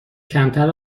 کمتر